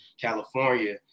California